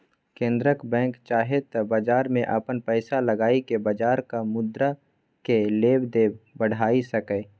केंद्रक बैंक चाहे त बजार में अपन पैसा लगाई के बजारक मुद्रा केय लेब देब बढ़ाई सकेए